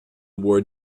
wore